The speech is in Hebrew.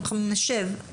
אנחנו נשב,